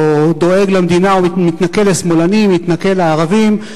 או דואג למדינה, או מתנכל לשמאלנים, מתנכל לערבים.